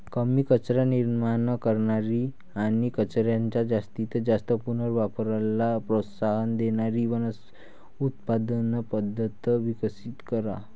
कमी कचरा निर्माण करणारी आणि कचऱ्याच्या जास्तीत जास्त पुनर्वापराला प्रोत्साहन देणारी उत्पादन पद्धत विकसित करा